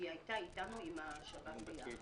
היא הייתה אתנו, עם השב"כ ביחד.